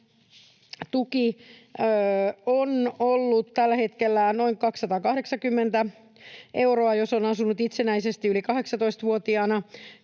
tuki on ollut tällä hetkellä noin 280 euroa, jos on asunut itsenäisesti yli 18-vuotiaana